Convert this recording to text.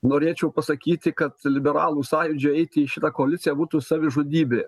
norėčiau pasakyti kad liberalų sąjūdžiui eiti į šitą koaliciją būtų savižudybė